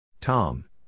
Tom